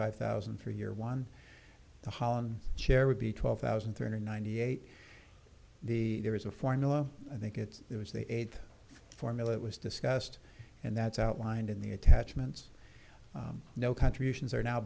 five thousand for your one the holland chair would be twelve thousand three hundred ninety eight the there is a formula i think it's it was the formulas discussed and that's outlined in the attachments no contributions are now